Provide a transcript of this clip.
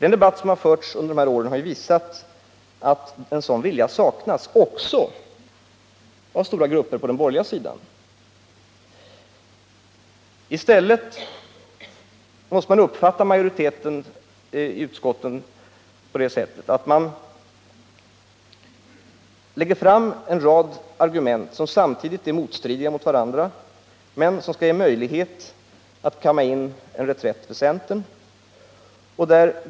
Den debatt som under dessa år har förts har visat att en sådan vilja saknas — också hos stora grupper på den borgerliga sidan. Handlandet från majoriteten i utskottet måste uppfattas så, att man lägger fram en rad argument som är motstridiga men som skall ge centern en reträttmöjlighet.